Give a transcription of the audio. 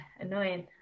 annoying